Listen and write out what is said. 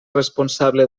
responsable